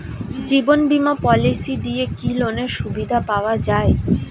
জীবন বীমা পলিসি দিয়ে কি লোনের সুবিধা পাওয়া যায়?